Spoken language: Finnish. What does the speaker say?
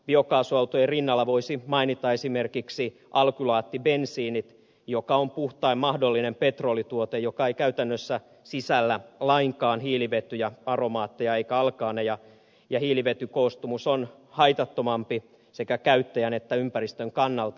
biokaasuautojen rinnalla voisi mainita esimerkiksi alkylaattibensiinin joka on puhtain mahdollinen petrolituote joka ei käytännössä sisällä lainkaan hiilivetyjä aromaatteja eikä alkaaneja ja hiilivetykoostumus on haitattomampi sekä käyttäjän että ympäristön kannalta